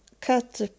cut